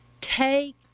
take